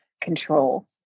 control